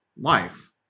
life